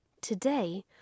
Today